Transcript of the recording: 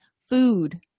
food